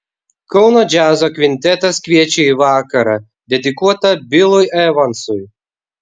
kauno džiazo kvintetas kviečia į vakarą dedikuotą bilui evansui